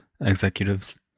executives